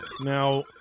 Now